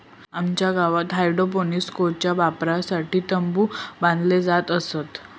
आमच्या गावात हायड्रोपोनिक्सच्या वापरासाठी तंबु बांधले जात असत